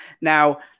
Now